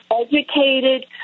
educated